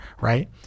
right